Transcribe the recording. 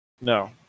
no